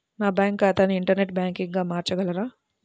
నా బ్యాంక్ ఖాతాని ఇంటర్నెట్ బ్యాంకింగ్గా మార్చగలరా?